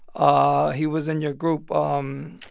ah he was in your group um